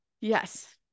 Yes